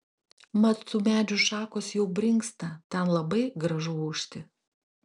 mat tų medžių šakos jau brinksta ten labai gražu ūžti